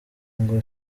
ngo